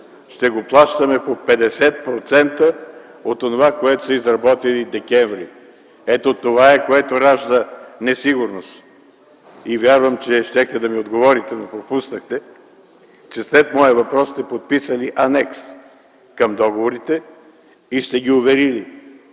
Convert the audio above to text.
ще го плащаме по 50% от онова, което са изработили декември. Ето това е, което ражда несигурност. И вярвам, че щяхте да ми отговорите, но пропуснахте, че след моя въпрос сте подписали анекс към договорите и сте ги уверили,